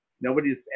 nobody's